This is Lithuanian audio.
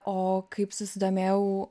o kaip susidomėjau